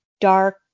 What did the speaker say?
dark